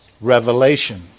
Revelation